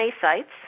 sites –